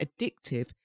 addictive